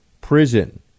prison